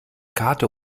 karte